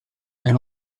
elle